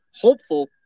hopeful